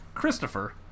Christopher